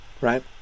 right